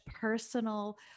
personal